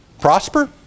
prosper